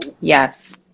yes